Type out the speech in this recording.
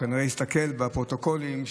הוא כנראה הסתכל בפרוטוקולים,